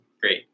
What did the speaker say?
Great